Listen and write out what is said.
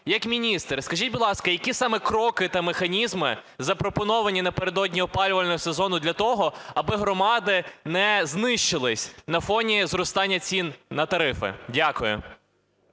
Як міністр, скажіть, будь ласка, які саме кроки та механізми запропоновані напередодні опалювального сезону для того, аби громади не знищились на фоні зростання цін на тарифи? Дякую.